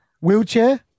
wheelchair